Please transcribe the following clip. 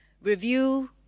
review